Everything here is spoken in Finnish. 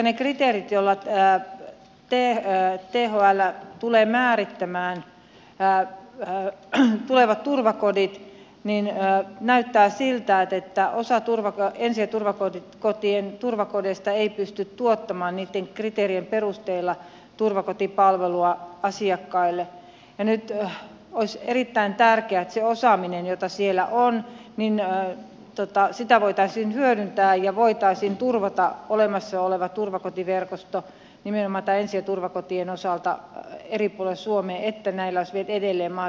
ne kriteerit joilla thl tulee määrittämään tulevat turvakodit näyttävät siltä että osa turvakodeista ei pysty tuottamaan niitten kriteerien perusteella turvakotipalvelua asiakkaille ja nyt olisi erittäin tärkeää että sitä osaamista jota siellä on voitaisiin hyödyntää ja voitaisiin turvata olemassa oleva turvakotiverkosto nimenomaan näiden ensi ja turvakotien osalta eri puolilla suomea että näillä olisi edelleen mahdollisuus toimia